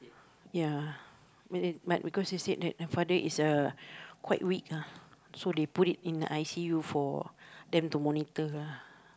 ya b~ but because they said that the father is uh quite weak ah so they put it in the I_C_U for them to monitor ah